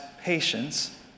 patience